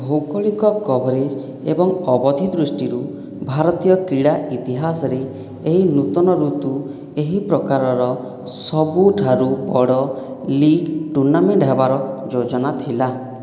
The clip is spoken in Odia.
ଭୌଗୋଳିକ କଭରେଜ୍ ଏବଂ ଅବଧି ଦୃଷ୍ଟିରୁ ଭାରତୀୟ କ୍ରୀଡ଼ା ଇତିହାସରେ ଏହି ନୂତନ ଋତୁ ଏହି ପ୍ରକାରର ସବୁଠାରୁ ବଡ଼ ଲିଗ୍ ଟୁର୍ଣ୍ଣାମେଣ୍ଟ ହେବାର ଯୋଜନା ଥିଲା